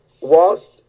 whilst